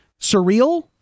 surreal